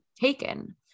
taken